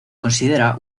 considera